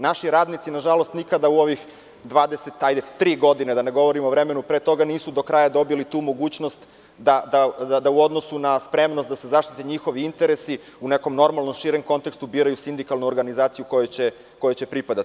Naši radnici na žalost nikada u ovih 23 godine, da ne govorim o vremenu pre toga nisu do kraja dobili tu mogućnost da u odnosu na spremnost da se zaštite njihovi interesi u nekom normalnom širem kontekstu biraju sindikalnu organizaciju kojoj će pripadati.